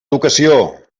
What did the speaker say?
educació